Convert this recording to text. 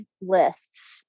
lists